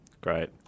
Great